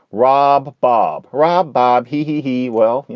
rob, bob perab, bob heehee. well, you